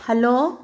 hello